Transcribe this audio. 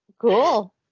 cool